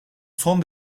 son